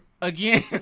again